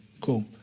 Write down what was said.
cool